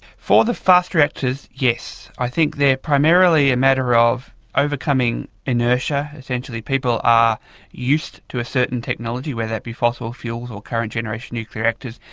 for the fast reactors, yes. i think they are primarily a matter of overcoming inertia. essentially people are used to a certain technology, whether that be fossil fuels or current generation nuclear reactors,